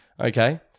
Okay